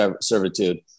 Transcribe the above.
servitude